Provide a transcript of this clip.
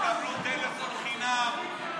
תקבלו טלפון חינם,